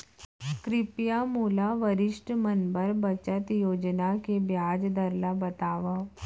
कृपया मोला वरिष्ठ मन बर बचत योजना के ब्याज दर ला बतावव